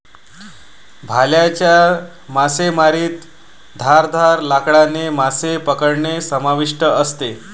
भाल्याच्या मासेमारीत धारदार लाकडाने मासे पकडणे समाविष्ट असते